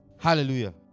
Hallelujah